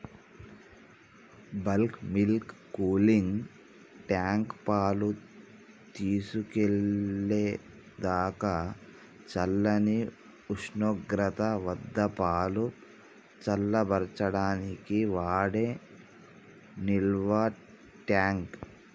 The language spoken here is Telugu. బల్క్ మిల్క్ కూలింగ్ ట్యాంక్, పాలు తీసుకెళ్ళేదాకా చల్లని ఉష్ణోగ్రత వద్దపాలు చల్లబర్చడానికి వాడే నిల్వట్యాంక్